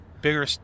Bigger